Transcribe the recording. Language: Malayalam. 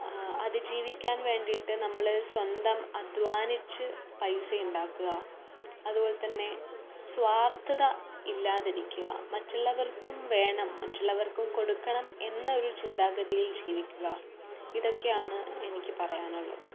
അതിജീവിക്കാൻ വേണ്ടിയിട്ട് നമ്മൾ സ്വന്തം അധ്വാനിച്ച് പൈസ ഉണ്ടാക്കുക അതുപോലെ തന്നെ സ്വാർത്ഥത ഇല്ലാതിരിക്കുക മറ്റുള്ളവർക്കും വേണം മറ്റുള്ളവർക്കും കൊടുക്കണം എന്ന ഒരു ചിന്താഗതിയിൽ ജീവിക്കുക ഇതൊക്കെയാണ് എനിക്ക് പറയാനുള്ളത്